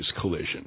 collision